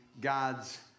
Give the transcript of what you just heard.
God's